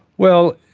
well,